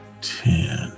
ten